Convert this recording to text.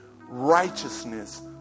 righteousness